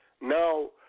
now